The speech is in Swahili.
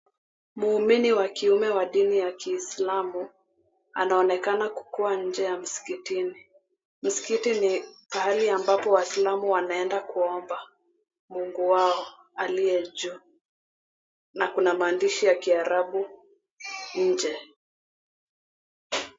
Muumini wa kiume ya dini la Kiislamu anaonekana kukuwa inje ya Msikitini. Msikiti ni pahali ambapo waislamu wanaenda kuomba Mungu wao aliye juu na kuna maandishi ya kiarabu inje.